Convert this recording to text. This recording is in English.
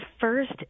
first